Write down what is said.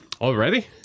Already